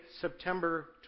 September